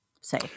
say